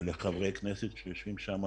ולחברי הכנסת שיושבים שם,